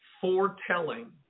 foretelling